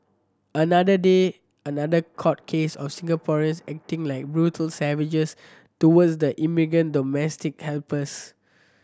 another day another court case of Singaporeans acting like brutal savages towards the immigrant domestic helpers